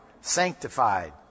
sanctified